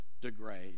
degrade